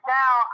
now